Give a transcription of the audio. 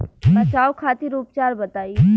बचाव खातिर उपचार बताई?